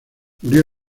murió